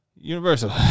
Universal